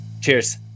Cheers